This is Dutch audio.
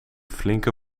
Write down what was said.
flinke